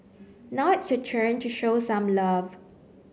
now it's your turn to show some love